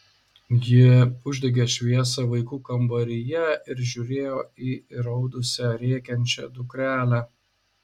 ji uždegė šviesą vaikų kambaryje ir žiūrėjo į įraudusią rėkiančią dukrelę